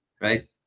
right